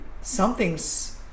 something's